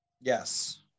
yes